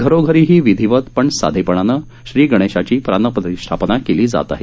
घरोघरीही विधीवत पण साधेपणानं श्री गणेशांची प्राणप्रतिष्ठापना केली जात आहे